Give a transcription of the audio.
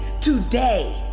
today